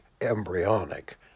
embryonic